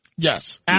Yes